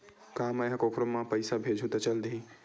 का मै ह कोखरो म पईसा भेजहु त चल देही?